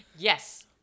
Yes